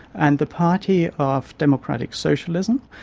and the party of democratic socialism,